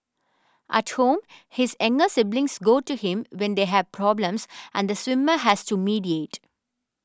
at home his younger siblings go to him when they have problems and the swimmer has to mediate